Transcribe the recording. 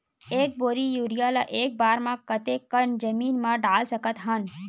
एक बोरी यूरिया ल एक बार म कते कन जमीन म डाल सकत हन?